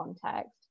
context